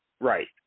Right